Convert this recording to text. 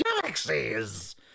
galaxies